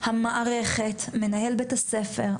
למנהל בית הספר,